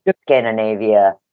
Scandinavia